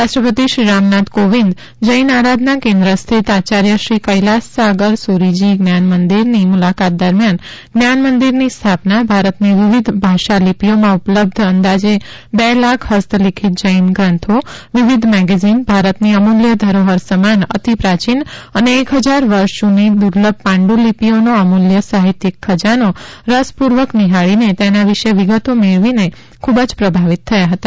રાષ્ટ્રપતિ શ્રી રામનાથ કો વિંદ જૈન આરાધના કેન્દ્ર સ્થિત આયાર્યશ્રી કૈલાસસાગર સૂરિજી જ્ઞાનમંદિરની મુલાકાત દરમિયાન જ્ઞાનમંદિરની સ્થાપના ભારતની વિવિધ ભાષા લિપિઓમાં ઉપલબ્ધ અંદાજે બે લાખ હસ્તલિખિત જૈન ગૃંથો વિવિધ મેગેઝીન ભારતની અમૂલ્ય ધરોહર સમાન અતિ પ્રાચીન અને એક હજાર વર્ષ જૂની દુર્લભ પાંડુલિપિઓનો અમૂલ્ય સાહિત્યિક ખજાનો રસપૂર્વક નિહાળીને તેના વિશે વિગતો મેળવીને ખૂબ જ પ્રભાવિત થયા હતા